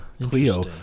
Cleo